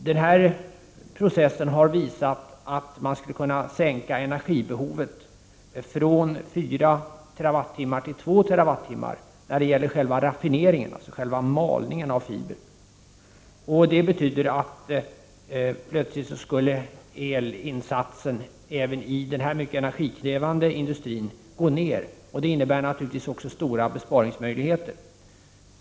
Denna process har visat att man skulle kunna sänka energibehovet från 4 TWh till 2 när det gäller själva raffineringen, alltså själva malningen av fiber. Detta betyder att elinsatsen även i denna mycket energikrä vande industri plötsligt skulle gå ner, vilket naturligtvis också innebär stora besparingsmöjligheter.